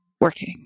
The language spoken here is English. working